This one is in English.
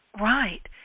Right